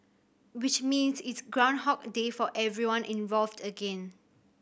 which means it's groundhog day for everyone involved again